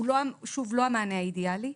שוב, הוא לא המענה האידיאלי,